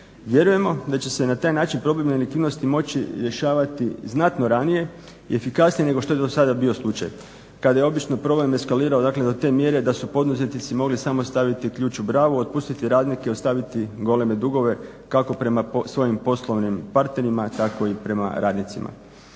Vjerujemo da će se na taj način problem nelikvidnosti moći rješavati znatno ranije i efikasnije nego što je do sada bio slučaj kad je obično problem eskalirao do te mjere da su poduzetnici mogli smo staviti ključ u bravu, otpustiti radnike, ostaviti goleme dugove kako prema svojim poslovnim partnerima, tako i prema radnicima.